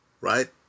right